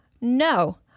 no